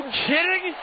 kidding